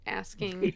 asking